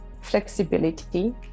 flexibility